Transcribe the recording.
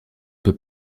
peut